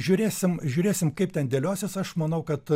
žiūrėsim žiūrėsim kaip ten dėliosis aš manau kad